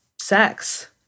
sex